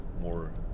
more